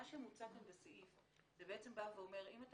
מה שמוצע כאן בסעיף בעצם אומר שאם אתה